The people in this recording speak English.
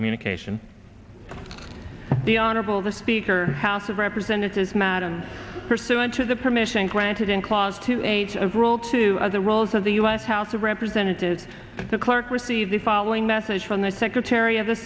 communication the honorable the speaker house of representatives madam pursuant to the permission granted in clause two eight of rule two as a rules of the u s house of representatives the clerk received the following message from the secretary of the